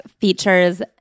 features